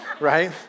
right